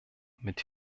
mit